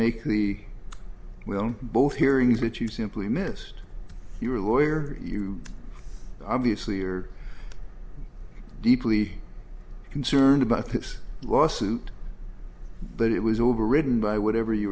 make the will both hearings that you simply missed your lawyer you obviously are deeply concerned about this lawsuit but it was overridden by whatever you